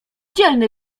dzielny